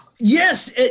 Yes